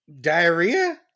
Diarrhea